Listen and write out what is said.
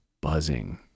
buzzing